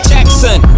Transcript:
Jackson